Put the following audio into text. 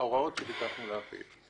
ההוראות שביקשנו להפיץ.